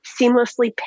seamlessly